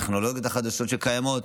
הטכנולוגיות החדשות שקיימות.